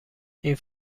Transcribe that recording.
این